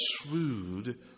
shrewd